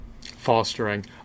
fostering